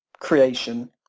creation